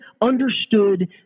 understood